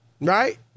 right